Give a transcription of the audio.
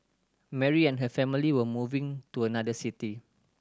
Mary and her family were moving to another city